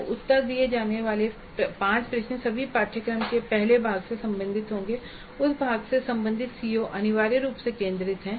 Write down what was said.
तो उत्तर दिए जाने वाले 5 प्रश्न सभी पाठ्यक्रम के पहले भाग से संबंधित होंगे और उस भाग से संबंधित सीओ अनिवार्य रूप से केंद्रित हैं